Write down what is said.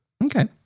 Okay